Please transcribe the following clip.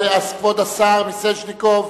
כבוד השר מיסז'ניקוב,